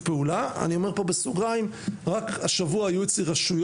ועכשיו בדיוק מחפש מקום לשנה הבאה -- איפה אתה לומד,